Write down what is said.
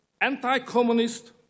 anti-communist